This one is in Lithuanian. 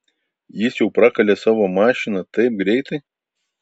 jis jau prakalė savo mašiną taip greitai